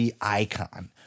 icon